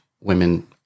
women